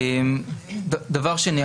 דבר שני,